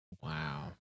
wow